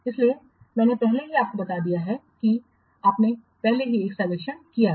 इसलिए मैंने पहले ही आपको बता दिया है कि आपने पहले ही एक सर्वेक्षण किया है